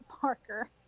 Parker